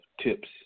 Tips